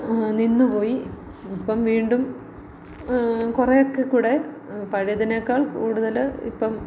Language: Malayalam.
നിന്നു പോയി ഇപ്പം വീണ്ടും കുറേയൊക്കെക്കൂടി പഴയതിനേക്കാൾ കൂടുതൽ ഇപ്പം